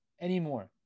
anymore